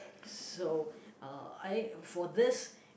so uh I for this